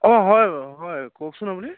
অঁ হয় হয় কওকচোন আপুনি